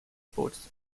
sports